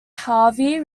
harvey